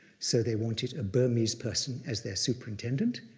so they wanted a burmese person as their superintendent,